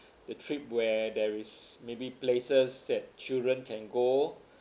the trip where there is maybe places that children can go